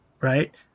Right